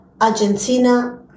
Argentina